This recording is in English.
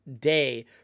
day